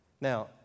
Now